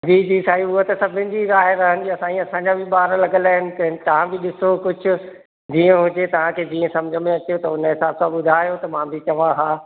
जी जी साईं उहा त सभिनि जी ॻाल्हि आहे साईं असांजा बि ॿार लॻलि आहिनि की तव्हां बि ॾिसो कुझु जीअं हुजे तव्हांखे जीअं समुझ में अचे त हुन जे हिसाब सां ॿुधायो त मां बि तव्हां खां